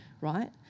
right